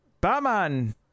batman